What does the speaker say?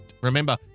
Remember